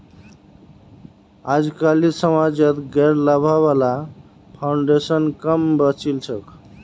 अजकालित समाजत गैर लाभा वाला फाउन्डेशन क म बचिल छोक